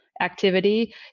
activity